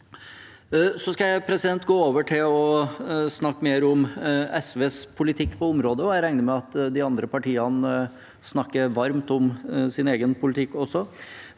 Jeg skal gå over til å snakke mer om SVs politikk på området, og jeg regner med at de andre partiene også snakker varmt om sin egen politikk.